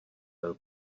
byl